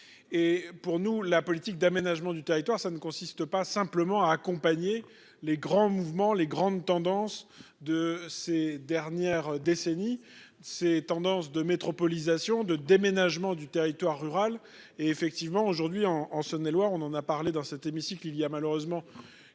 et pour nous, la politique d'aménagement du territoire ça ne consiste pas simplement à accompagner les grands mouvements les grandes tendances de ces dernières décennies. Ces tendances de métropolisation de déménagement du territoire rural et effectivement aujourd'hui en en Saone-et-Loire on en a parlé dans cet hémicycle il y a malheureusement